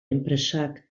enpresak